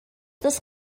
dos